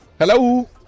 Hello